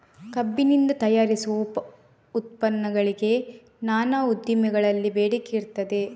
ಕಬ್ಬಿನಿಂದ ತಯಾರಿಸುವ ಉಪ ಉತ್ಪನ್ನಗಳಿಗೆ ನಾನಾ ಉದ್ದಿಮೆಗಳಲ್ಲಿ ಬೇಡಿಕೆ ಇರ್ತದೆ